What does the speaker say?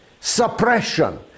suppression